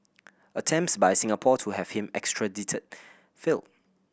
attempts by Singapore to have him extradited failed